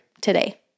today